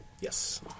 Yes